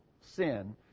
sin